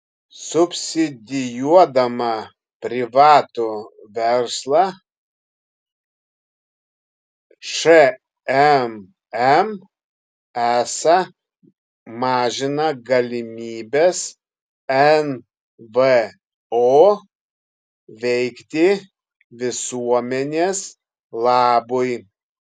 subsidijuodama privatų verslą šmm esą mažina galimybes nvo veikti visuomenės labui